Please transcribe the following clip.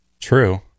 True